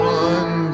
one